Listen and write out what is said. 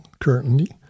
currently